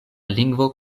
lingvo